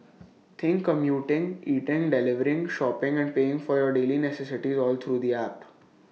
think commuting eating delivering shopping and paying for your daily necessities all through the app